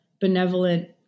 benevolent